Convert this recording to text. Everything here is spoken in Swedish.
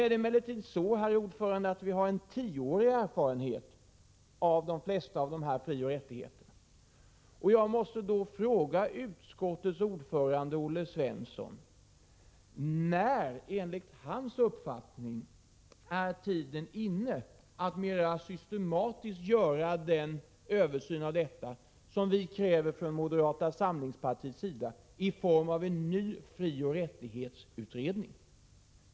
Vi har emellertid en tioårig erfarenhet av de flesta av dessa bestämmelser, och jag måste då fråga utskottets ordförande Olle Svensson när enligt hans uppfattning tiden är inne att mera systematiskt göra den översyn vi kräver från moderata samlingspartiets sida i form av en ny frioch rättighetsutredning.